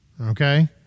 okay